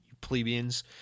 plebeians